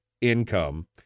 income